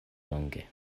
longe